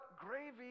gravy